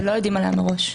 שלא יודעים עליה מראש.